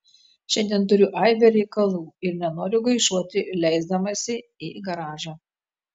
šiandien turiu aibę reikalų ir nenoriu gaišuoti leisdamasi į garažą